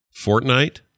Fortnite